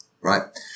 Right